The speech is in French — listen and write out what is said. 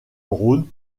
rhône